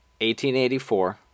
1884